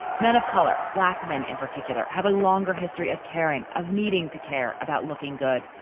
men of color, black men in particular, have a longer history of caring, of needing to care about looking good.